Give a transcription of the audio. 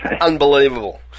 Unbelievable